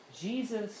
Jesus